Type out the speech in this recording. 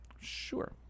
Sure